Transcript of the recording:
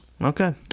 Okay